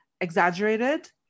exaggerated